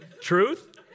Truth